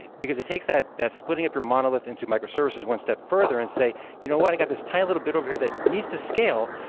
because it takes that that splitting up your monolith into microservices one step further and say, you know what? i got this tiny little bit over here that needs to scale,